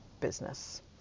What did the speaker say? business